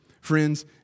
Friends